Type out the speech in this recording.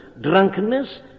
drunkenness